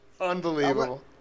Unbelievable